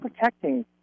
protecting